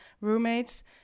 roommates